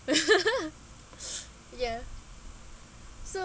ya so